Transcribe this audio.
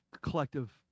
collective